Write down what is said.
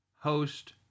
host